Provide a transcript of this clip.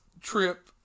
trip